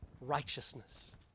righteousness